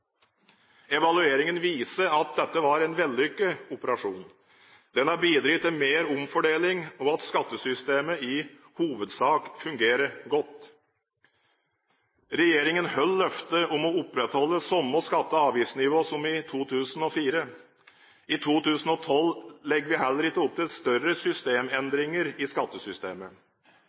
Evalueringen viser at dette var en vellykket operasjon. Den har bidratt til mer omfordeling og at skattesystemet i hovedsak fungerer godt. Regjeringen holder løftet om å opprettholde samme skatte- og avgiftsnivå som i 2004. I 2012 legger vi heller ikke opp til større systemendringer i skattesystemet.